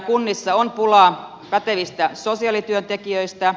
kunnissa on pula pätevistä sosiaalityöntekijöistä